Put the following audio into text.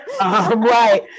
right